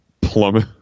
plummet